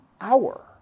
hour